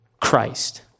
Christ